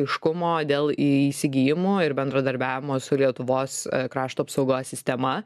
aiškumo dėl įsigijimo ir bendradarbiavimo su lietuvos krašto apsaugos sistema